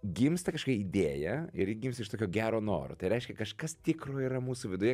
gimsta kažkokia idėja ir gimsta iš tokio gero noro tai reiškia kažkas tikro yra mūsų viduje